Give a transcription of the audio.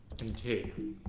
been to